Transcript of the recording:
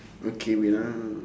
okay wait ah